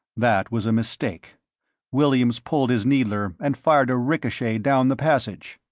that was a mistake williams pulled his needler, and fired a ricochet down the passage.